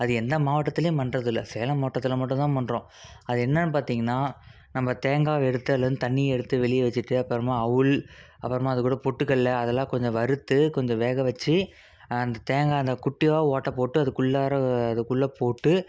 அது எந்த மாவட்டத்துலேயும் பண்ணுறதில்ல சேலம் மாவட்டத்தில் மட்டுந்தான் பண்ணுறோம் அது என்னென்னு பார்த்தீங்கன்னா நம்ம தேங்காவை எடுத்து அதுலேருந்து தண்ணியை எடுத்து வெளியே வச்சிட்டு அப்புறமா அவல் அப்புறமா அதுக்கூட பொட்டுக்கடல்ல அதெல்லாம் கொஞ்சம் வறுத்து கொஞ்சம் வேக வச்சு அந்த தேங்காய் அந்த குட்டியாக ஓட்டை போட்டு அதுக்குள்ளாறே அதுக்குள்ளே போட்டு